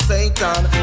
Satan